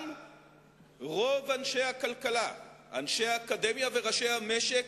גם רוב אנשי הכלכלה, אנשי האקדמיה וראשי המשק